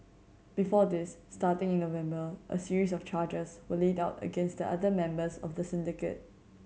before this starting in November a series of charges were laid out against other members of the syndicate